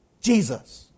Jesus